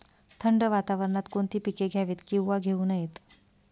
थंड वातावरणात कोणती पिके घ्यावीत? किंवा घेऊ नयेत?